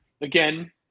again